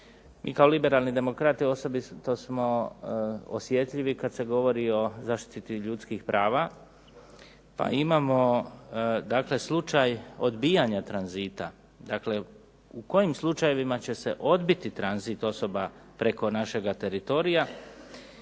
mi kao liberalni demokrati osobito smo osjetljivi kad se govori o zaštiti ljudskih prava pa imamo dakle slučaj odbijanja tranzita, dakle u kojim slučajevima će se odbiti tranzit osoba preko našeg teritorija.